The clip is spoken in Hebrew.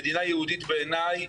מדינה יהודית בעיניי